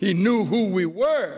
he knew who we were